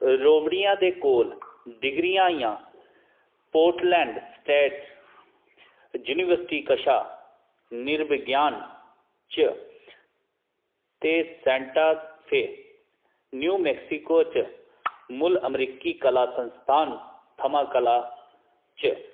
रोबड़ियां दे कोल डिग्रियां हियां पोर्टलैंड स्टेट यूनिवर्सिटी कशा नृविज्ञान च ते सैंटा फे न्यू मैक्सिको च मुल अमरीकी कला संस्थान थमां कला च